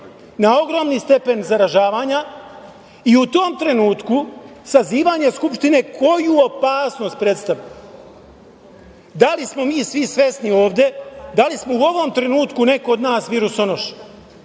na ogromni stepen zaražavanja i u tom trenutku sazivanje Skupštine koju opasnost predstavlja? Da li smo mi svi svesni ovde, da li smo u ovom trenutku, neko od nas virusonoša?